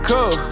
Cool